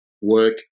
work